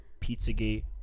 Pizzagate